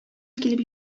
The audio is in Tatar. килеп